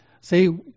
See